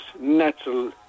natural